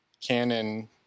canon